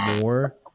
more